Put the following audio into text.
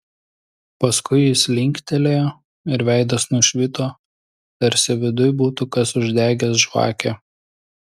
paskui jis linktelėjo ir veidas nušvito tarsi viduj būtų kas uždegęs žvakę